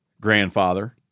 grandfather